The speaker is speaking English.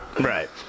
right